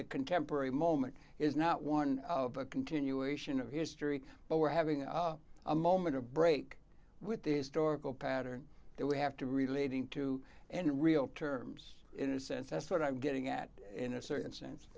contemporary moment is not one of a continuation of history but we're having a moment of break with the historical pattern that we have to relating to and in real terms in a sense that's what i'm getting at in a certain sense